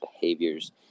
behaviors